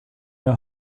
know